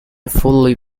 fully